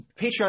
Patreon